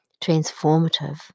transformative